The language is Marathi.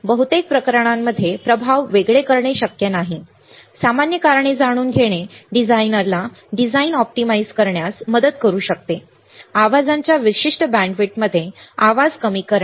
बहुतेक प्रकरणांमध्ये प्रभाव वेगळे करणे शक्य नाही परंतु सामान्य कारणे जाणून घेणे डिझायनरला डिझाइन ऑप्टिमाइझ करण्यास मदत करू शकते आवाजांच्या विशिष्ट बँडविड्थमध्ये आवाज कमी करणे